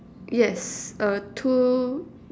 yes uh two